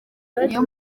niyo